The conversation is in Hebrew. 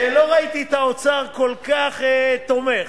לא ראיתי את האוצר כל כך תומך,